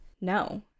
No